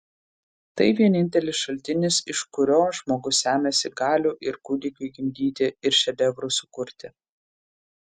tai vienintelis šaltinis iš kurio žmogus semiasi galių ir kūdikiui gimdyti ir šedevrui sukurti